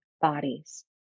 bodies